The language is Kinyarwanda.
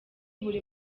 buri